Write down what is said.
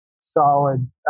solid